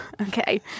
Okay